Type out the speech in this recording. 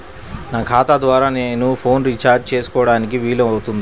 నా ఖాతా ద్వారా నేను ఫోన్ రీఛార్జ్ చేసుకోవడానికి వీలు అవుతుందా?